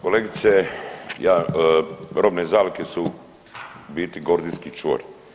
Kolegice, robne zalihe su u biti gordijski čvor.